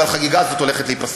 אבל החגיגה הזאת הולכת להיפסק.